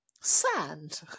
Sand